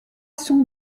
son